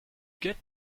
get